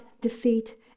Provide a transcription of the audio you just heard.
defeat